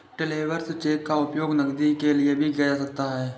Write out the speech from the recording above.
travellers cheque का उपयोग नकदी के लिए भी किया जा सकता है